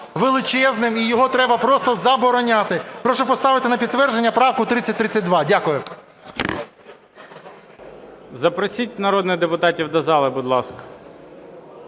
величезним і його треба просто забороняти. Прошу поставити на підтвердження правку 3032. Дякую. ГОЛОВУЮЧИЙ. Запросіть народних депутатів до зали, будь ласка.